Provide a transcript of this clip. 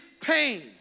pain